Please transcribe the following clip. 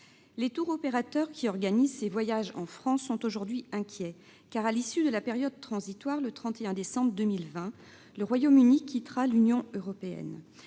Les tour-opérateurs qui organisent ces voyages en France sont aujourd'hui inquiets, car à l'issue de la période transitoire le 31 décembre 2020 le Royaume-Uni quittera l'Union européenne.